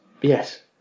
Yes